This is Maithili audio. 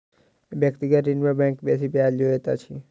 व्यक्तिगत ऋण में बैंक बेसी ब्याज लैत अछि